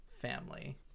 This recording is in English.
family